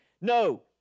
No